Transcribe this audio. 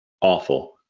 awful